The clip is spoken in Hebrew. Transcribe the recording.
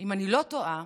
אם אני לא טועה,